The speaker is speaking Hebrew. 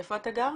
איפה אתה גר?